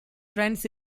trends